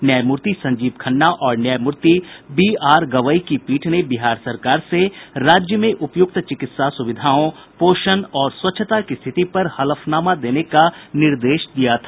न्यायमूर्ति संजीव खन्ना और न्यायमूर्ति बी आर गवई की पीठ ने बिहार सरकार से राज्य में उपयुक्त चिकित्सा सुविधाओं पोषण और स्वच्छता की स्थिति पर हलफनामा देने का भी निर्देश दिया था